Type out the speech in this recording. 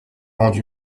rendu